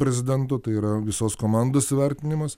prezidento tai yra visos komandos įvertinimas